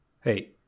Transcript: Hey